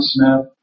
Smith